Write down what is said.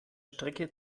strecke